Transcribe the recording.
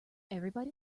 everybody